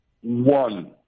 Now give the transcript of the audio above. One